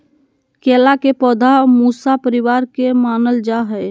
केला के पौधा मूसा परिवार के मानल जा हई